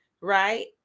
right